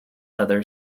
other